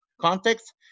context